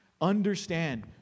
Understand